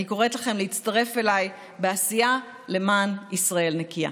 אני קוראת לכם להצטרף אליי בעשייה למען ישראל נקייה.